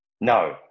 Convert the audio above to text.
No